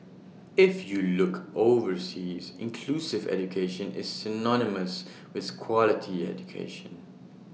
if you look overseas inclusive education is synonymous with quality education